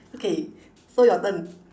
okay so your turn